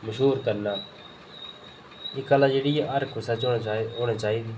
मश्हूर करना एह् कला जेह्ड़ी ऐ हर कुसै गी औना चाहिदी ऐ